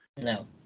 No